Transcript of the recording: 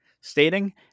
Stating